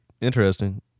Interesting